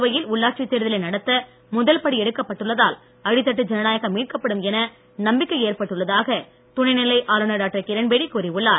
புதுவையில் உள்ளாட்சி தேர்தலை நடத்த முதல் படி எடுக்கப் பட்டுள்ளதால் அடித்தட்டு ஜனநாயகம் மீட்கப்படும் என நம்பிக்கை ஏற்பட்டுள்ளதாக துணைநிலை ஆளுநர் டாக்டர் கிரண்பேடி கூறியுள்ளார்